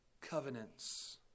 covenants